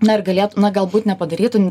na ir galėtų na galbūt nepadarytų